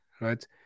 right